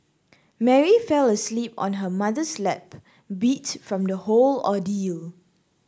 Mary fell asleep on her mother's lap beat from the whole ordeal